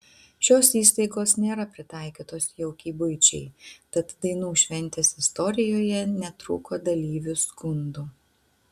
šios įstaigos nėra pritaikytos jaukiai buičiai tad dainų šventės istorijoje netrūko dalyvių skundų